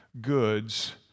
goods